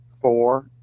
four